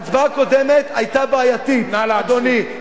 ההצבעה הקודמת היתה בעייתית, אדוני.